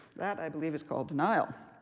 that, i believe, is called denial.